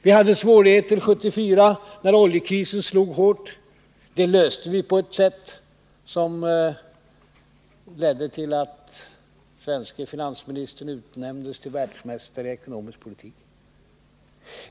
Vi hade svårigheter också 1974 när oljekrisen slog hårt. Det löste vi på ett sådant sätt att detta ledde till att den svenske finansministern utnämndes till världsmästare i ekonomisk politik.